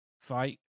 fight